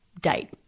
date